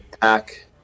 pack